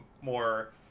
more